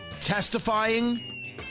testifying